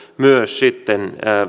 myös sitten